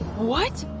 what!